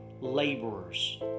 laborers